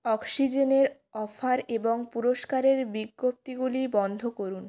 অক্সিজেনের অফার এবং পুরস্কারের বিজ্ঞপ্তিগুলি বন্ধ করুন